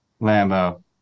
Lambo